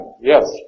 yes